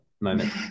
moment